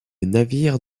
navire